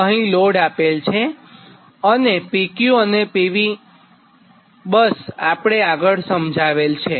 અહીં લોડ આપેલ છે અને PQ અને PV બસ આપણે આગળ સમજાવેલ છે